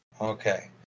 Okay